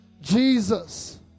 Jesus